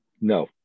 No